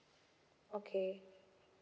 okay